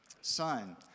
son